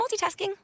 multitasking